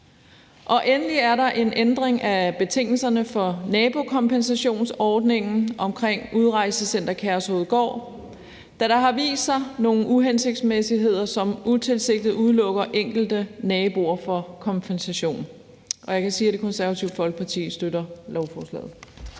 Endelig er der en ændring af betingelserne for nabokompensationsordningen i forhold til Udrejsecenter Kærshovedgård, da der har vist at være nogle uhensigtsmæssigheder, hvor det utilsigtet har udelukket enkelte naboer fra at få kompensation, og jeg kan sige, at Det Konservative Folkeparti støtter lovforslaget.